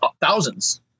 thousands